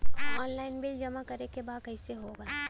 Online bill जमा करे के बा कईसे होगा?